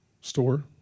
store